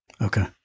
Okay